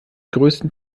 größten